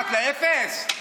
מתחת לאפס.